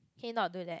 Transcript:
can you not do that